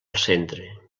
centre